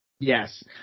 Yes